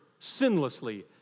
sinlessly